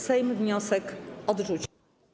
Sejm wniosek odrzucił.